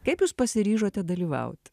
kaip jūs pasiryžote dalyvaut